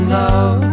love